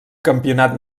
campionat